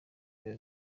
biba